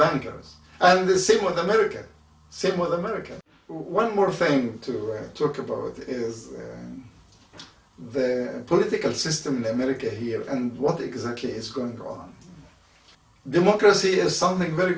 bankers and the same with america same with america one more thing to talk about is the political system in america here and what exactly is going on democracy is something very